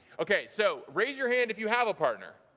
okay, so raise your hand if you have a partner.